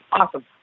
Awesome